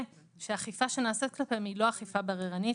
שאכיפה שנעשית כאן היא לא אכיפה בררנית